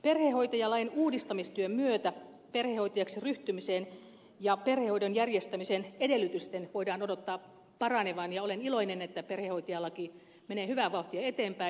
perhehoitajalain uudistamistyön myötä perhehoitajaksi ryhtymisen ja perhehoidon järjestämisen edellytysten voidaan odottaa paranevan ja olen iloinen että perhehoitajalaki menee hyvää vauhtia eteenpäin